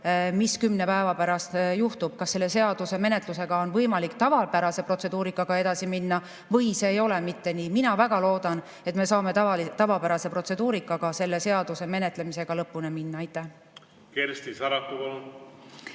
mis kümne päeva pärast juhtub, kas selle seaduse menetlusega on võimalik tavapärase protseduurikaga edasi minna või see ei ole mitte nii. Mina väga loodan, et me saame tavapärase protseduurikaga selle seaduse menetlemisel lõpuni minna. Kersti Sarapuu,